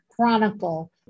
Chronicle